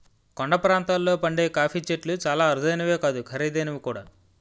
కొండ ప్రాంతాల్లో పండే కాఫీ చెట్లు చాలా అరుదైనవే కాదు ఖరీదైనవి కూడా